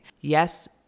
Yes